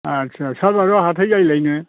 आच्चा सालबारियाव हाथाय जायोलायनो